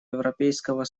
европейского